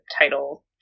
title